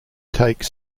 take